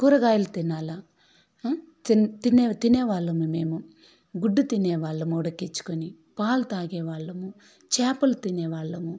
కూరగాయలు తినాల తినే వాళ్ళము మేము గుడ్డు తినే వాళ్ళము కూడా తెచ్చుకొని పాలు తాగే వాళ్ళము చేపలు తినే వాళ్ళము